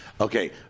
Okay